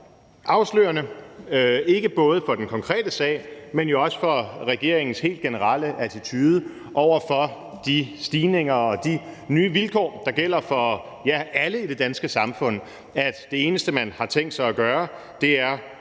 afslørende, ikke bare for den konkrete sag, men jo også for regeringens helt generelle attitude over for de stigninger og de nye vilkår, der gælder for, ja, alle i det danske samfund, at det eneste, man har tænkt sig at gøre, er